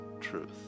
truth